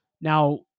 Now